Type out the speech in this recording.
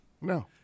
No